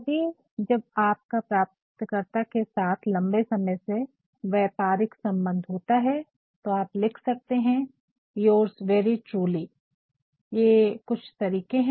कभी जब आपका प्राप्तकर्ता के साथ लम्बे समय से व्यापारिक सम्बन्ध होता है तो आप लिख सकते है योर्स वैरी ट्रूली ये कुछ तरीके है